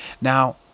Now